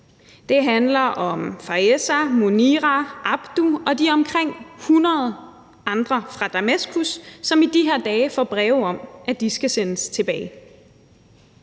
det handler om Fayeza, Munira, Abdu og de omkring 100 andre fra Damaskus, som i de her dage får brev om, at de skal sendes tilbage.